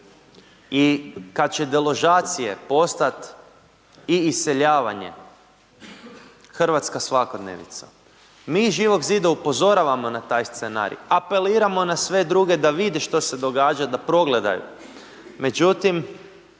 i kad će deložacije postati i iseljavanje hrvatska svakodnevnica. Mi iz Živog zida upozoravamo na taj scenarij. Apeliramo na sve druge da vide što se događa, da progledaju. Međutim,